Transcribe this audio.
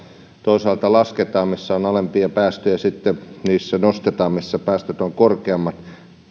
toisaalta ajoneuvoveroa lasketaan siellä missä on alempia päästöjä ja sitten nostetaan siellä missä päästöt ovat korkeammat